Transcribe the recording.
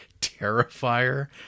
Terrifier